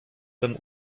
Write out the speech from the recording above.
ten